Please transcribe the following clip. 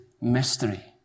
mystery